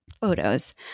photos